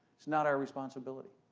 it's not our responsibility.